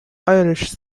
irish